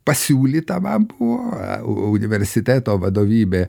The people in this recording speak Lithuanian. pasiūlyta man buvo universiteto vadovybė